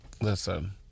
Listen